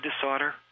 disorder